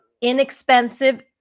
inexpensive